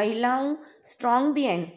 महिलाऊं स्ट्रॉंग बि आहिनि